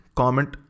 comment